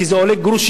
כי זה עולה גרושים.